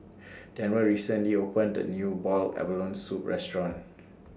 Denver recently opened A New boiled abalone Soup Restaurant